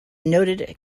noted